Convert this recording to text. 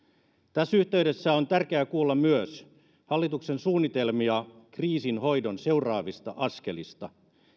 tässä yhteydessä on tärkeää kuulla myös hallituksen suunnitelmia kriisinhoidon seuraavista askeleista